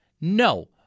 No